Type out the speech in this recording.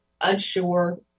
unsure